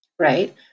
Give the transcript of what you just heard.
right